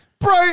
bro